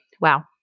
wow